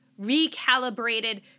recalibrated